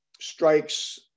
strikes